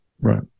Right